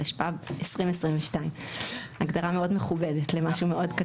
התשפ"ב 2022;"; הגדרה מאוד מכובדת למשהו מאוד קצר.